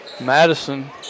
Madison